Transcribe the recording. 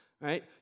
right